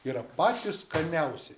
yra patys skaniausi